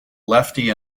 lefty